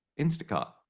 Instacart